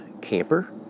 camper